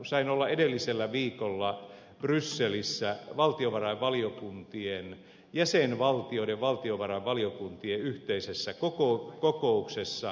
sain olla edellisellä viikolla brysselissä jäsenvaltioiden valtiovarainvaliokuntien yhteisessä kokouksessa